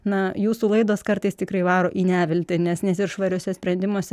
na jūsų laidos kartais tikrai varo į neviltį nes nes ir švariuose sprendimuose